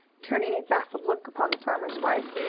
turning a baffled look upon the farmer's wife.